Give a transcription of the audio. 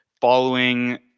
following